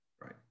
right